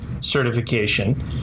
certification